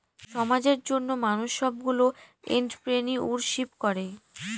সমাজের জন্য মানুষ সবগুলো এন্ট্রপ্রেনিউরশিপ করে